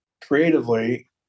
creatively